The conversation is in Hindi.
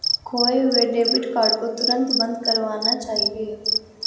खोये हुए डेबिट कार्ड को तुरंत बंद करवाना चाहिए